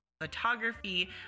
photography